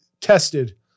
tested